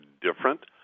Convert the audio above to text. different